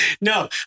No